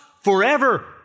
forever